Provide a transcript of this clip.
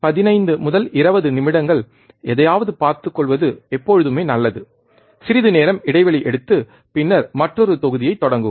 15 முதல் 20 நிமிடங்கள் எதையாவது பார்த்துக் கொள்வது எப்போதுமே நல்லது சிறிது நேரம் இடைவெளி எடுத்து பின்னர் மற்றொரு தொகுதியைத் தொடங்கவும்